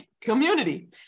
community